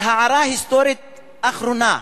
הערה היסטורית אחרונה,